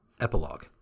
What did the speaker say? Epilogue